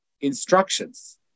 instructions